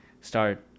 start